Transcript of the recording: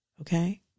Okay